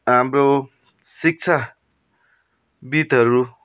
हाम्रो शिक्षाविद्हरू